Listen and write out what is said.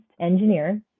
engineer